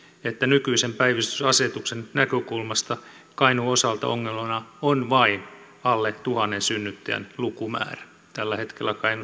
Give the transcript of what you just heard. että nykyisen päivystysasetuksen näkökulmasta kainuun osalta ongelmana on vain alle tuhannen synnyttäjän lukumäärä tällä hetkellä